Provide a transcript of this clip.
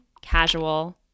casual